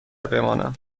بمانم